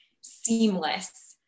seamless